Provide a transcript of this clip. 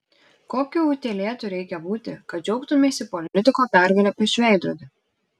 kokiu utėlėtu reikia būti kad džiaugtumeisi politiko pergale prieš veidrodį